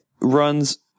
runs